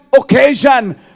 occasion